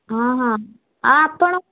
ହଁ ହଁ ଆ ଆପଣ